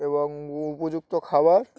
এবং উপযুক্ত খাবার